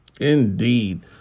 Indeed